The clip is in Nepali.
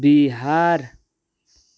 बिहार